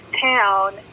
town